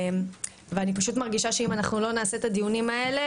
ואני מרגישה שאם לא נעשה את הדיונים האלה